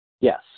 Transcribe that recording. Yes